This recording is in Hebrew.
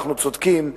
אנחנו צודקים,